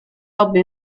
lobo